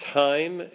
time